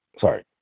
sorry